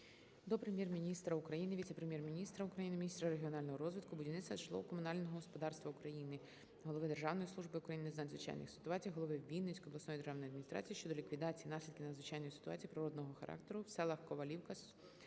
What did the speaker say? до Прем'єр-міністра України, віце-прем’єр-міністра України - міністра регіонального розвитку, будівництва та житлово-комунального господарства України, голови Державної служби України з надзвичайних ситуацій, голови Вінницької обласної державної адміністрації щодо ліквідації наслідків надзвичайної ситуації природного характеру у селах Ковалівка